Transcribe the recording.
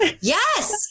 Yes